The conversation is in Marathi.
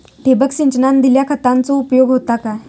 ठिबक सिंचनान दिल्या खतांचो उपयोग होता काय?